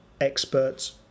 experts